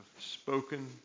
spoken